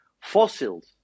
fossils